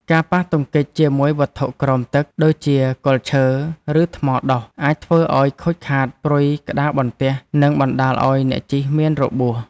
ការប៉ះទង្គិចជាមួយវត្ថុក្រោមទឹក ដូចជាគល់ឈើ ឬថ្មដុះ អាចធ្វើឱ្យខូចខាតព្រុយក្តារបន្ទះ និងបណ្ដាលឱ្យអ្នកជិះមានរបួស។